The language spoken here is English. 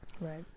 Right